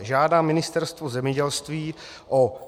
I. žádá Ministerstvo zemědělství o